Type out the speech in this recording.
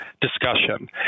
discussion